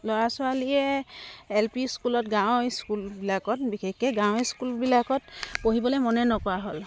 ল'ৰা ছোৱালীয়ে L P স্কুলত গাঁৱৰ স্কুলবিলাকত বিশেষকৈ গাঁৱৰ স্কুলবিলাকত পঢ়িবলৈ মনে নকৰা হ'ল